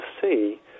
see